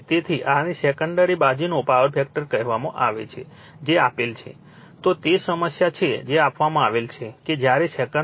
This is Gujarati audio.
તેથી આને સેકન્ડરી બાજુનો પાવર ફેક્ટર કહેવામાં આવે છે જે આપેલ છે તો તે સમસ્યા છે જે આપવામાં આવેલ છે કે જ્યારે સેકન્ડરી કરંટ 0